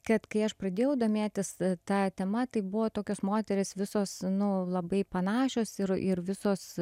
kad kai aš pradėjau domėtis ta tema tai buvo tokios moterys visos nu labai panašios ir ir visos